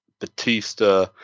Batista